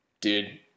dude